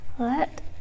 Let